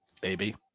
baby